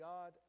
God